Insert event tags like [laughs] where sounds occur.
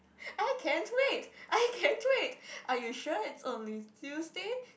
[laughs] I can't wait I can't wait are you sure it's only Tuesday